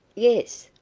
yes,